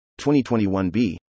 2021b